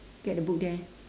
get the book there